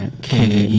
k